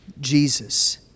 Jesus